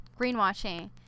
greenwashing